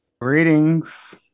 Greetings